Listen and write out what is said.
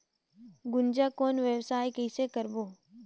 गुनजा कौन व्यवसाय कइसे करबो?